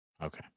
Okay